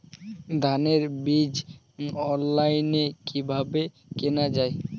ধানের বীজ অনলাইনে কিভাবে কেনা যায়?